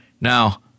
Now